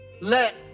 Let